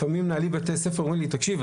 לפעמים מנהלי בתי ספר אומרים לי: תקשיב,